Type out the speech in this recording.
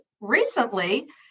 recently